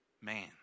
man